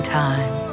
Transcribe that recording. time